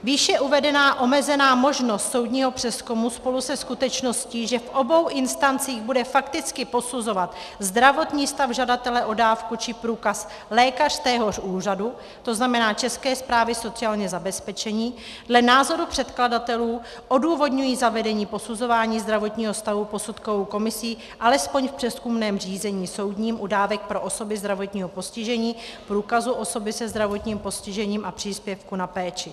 Výše uvedená omezená možnost soudního přezkumu spolu se skutečností, že v obou instancích bude fakticky posuzovat zdravotní stav žadatele o dávku či průkaz lékař z téhož úřadu, to znamená České správy sociálního zabezpečení, dle názoru předkladatelů odůvodňují zavedení posuzování zdravotního stavu posudkovou komisí alespoň v přezkumném řízení soudním u dávek pro osoby se zdravotním postižením, průkazu osoby se zdravotním postižením a příspěvku na péči.